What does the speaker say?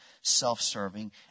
self-serving